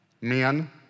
Men